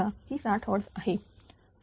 समजा की 60 Hz आहे